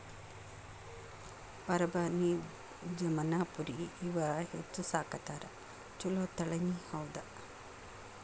ಬರಬಾನಿ, ಜಮನಾಪುರಿ ಇವ ಹೆಚ್ಚ ಸಾಕತಾರ ಚುಲೊ ತಳಿನಿ ಹೌದ